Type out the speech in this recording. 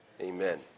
Amen